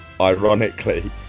ironically